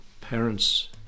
Parents